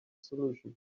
solution